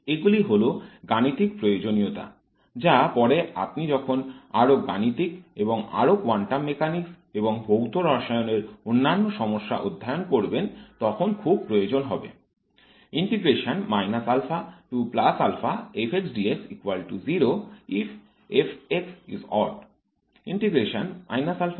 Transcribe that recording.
এগুলি হল গাণিতিক প্রয়োজনীয়তা যা পরে আপনি যখন আরও গণিত এবং আরো কোয়ান্টাম মেকানিক্স এবং ভৌত রসায়নের অন্যান্য সমস্যা অধ্যয়ন করবেন তখন খুব প্রয়োজন হবে